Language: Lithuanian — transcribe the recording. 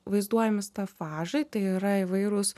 vaizduojami stafažai tai yra įvairūs